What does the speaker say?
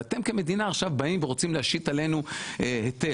ואתם כמדינה באים ורוצים להשית עלינו היטל.